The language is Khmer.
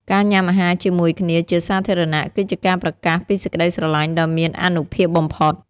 ការញុាំអាហារជាមួយគ្នាជាសាធារណៈ គឺជាការប្រកាសពីសេចក្ដីស្រឡាញ់ដ៏មានអានុភាពបំផុត។